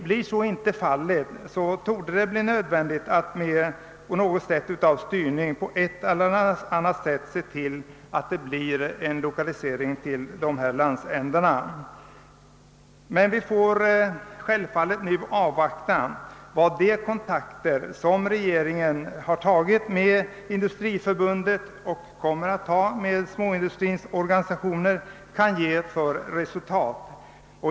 Blir så inte fallet, torde det vara nödvändigt att genom styrning på ett eller annat sätt se till att en lokalisering till dessa landsändar åstadkommes. Vi får självfallet nu avvakta vad de kontakter, som regeringen har tagit med Industriförbundet och kommer att ta med småindustrins organisationer, kan ge för resultat.